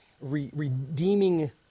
redeeming